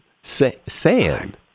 Sand